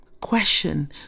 Question